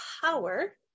power